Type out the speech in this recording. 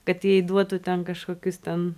kad jai duotų ten kažkokius ten